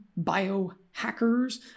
biohackers